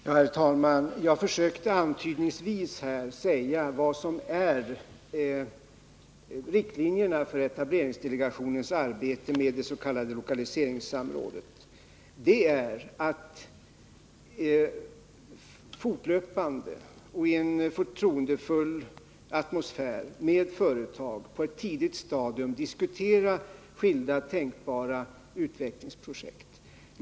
Herr talman! Jag försökte antydningsvis här ange riktlinjerna för etableringsdelegationens arbete med det s.k. lokaliseringssamrådet, nämligen att fortlöpande och i en förtroendefull atmosfär med företag på ett tidigt stadium diskutera skilda tänkbara utvecklingsprojekt.